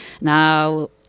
Now